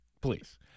please